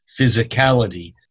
physicality